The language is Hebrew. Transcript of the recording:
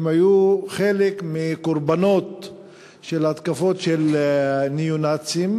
חלק מקורבנות של התקפות של ניאו-נאצים